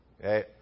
Okay